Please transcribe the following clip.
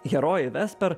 herojė vesper